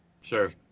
Sure